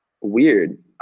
weird